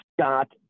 Scott